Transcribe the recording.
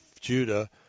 Judah